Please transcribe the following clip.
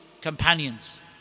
companions